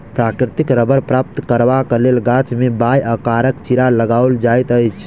प्राकृतिक रबड़ प्राप्त करबाक लेल गाछ मे वाए आकारक चिड़ा लगाओल जाइत अछि